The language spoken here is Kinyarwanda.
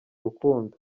rukundo